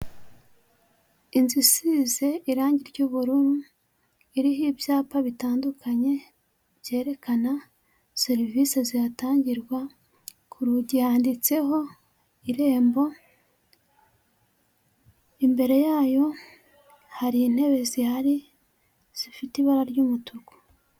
Inzu isize irangi ry'ubururu iriho ibyapa bitandukanye byerekana serivisi zihatangirwa, ku rugi handitseho irembo imbere yayo hari intebe zihari zifite ibara ry'umutuku.